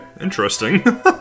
interesting